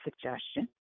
suggestion